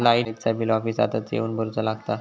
लाईटाचा बिल ऑफिसातच येवन भरुचा लागता?